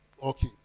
Okay